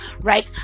right